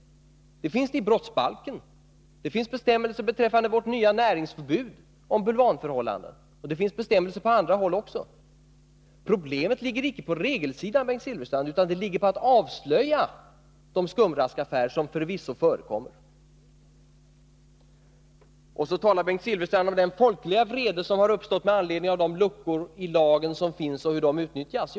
Det finns straffbestämmelser i brottsbalken. Det finns bestämmelser beträffande vårt nya näringsförbud om bulvanförhållanden, och det finns bestämmelser på andra håll också. Problemet ligger icke på regelsidan, Bengt Silfverstrand, utan det ligger i att avslöja de skumraskaffärer som förvisso förekommer. Så talar Bengt Silfverstrand om den folkliga vrede som har uppstått med anledning av de luckor i lagen som finns och hur de utnyttjas.